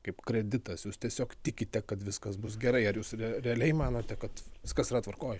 kaip kreditas jūs tiesiog tikite kad viskas bus gerai ar jūs re realiai manote kad viskas yra tvarkoj